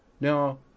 Now